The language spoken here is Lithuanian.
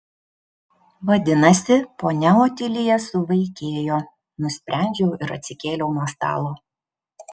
vadinasi ponia otilija suvaikėjo nusprendžiau ir atsikėliau nuo stalo